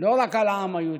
לא רק על העם היהודי.